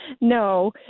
no